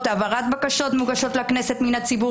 העברת בקשות המוגשות לכנסת מן הציבור